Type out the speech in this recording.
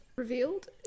revealed